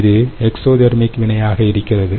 இது எக்ஸோதேர்மிக் வினையாக இருக்கிறது